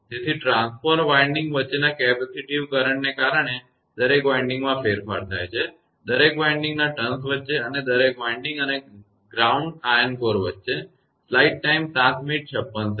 તેથી transformer windings વચ્ચેના capacitive કરંટને કારણે દરેક વિન્ડિંગમાં ફેરફાર થાય છે દરેક વિન્ડિંગના ટર્ન્સ વચ્ચે અને દરેક વિન્ડિંગ અને ગ્રાઉન્ડ આયર્ન કોર વચ્ચે